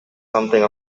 something